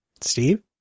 Steve